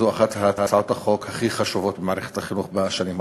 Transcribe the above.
זו אחת מהצעות החוק הכי חשובות למערכת החינוך בשנים האחרונות.